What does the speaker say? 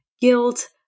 guilt